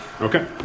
Okay